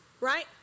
right